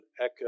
echo